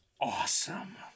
awesome